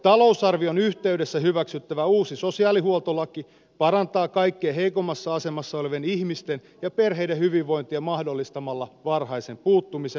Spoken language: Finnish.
talousarvion yhteydessä hyväksyttävä uusi sosiaalihuoltolaki parantaa kaikkein heikoimmassa asemassa olevien ihmisten ja perheiden hyvinvointia mahdollistamalla varhaisen puuttumisen